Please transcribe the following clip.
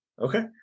Okay